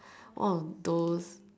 one of those